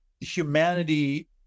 humanity